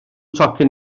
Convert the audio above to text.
tocyn